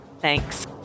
Thanks